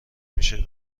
میشه